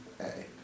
Hey